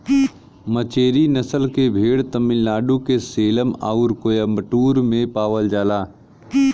मचेरी नसल के भेड़ तमिलनाडु के सेलम आउर कोयम्बटूर में पावल जाला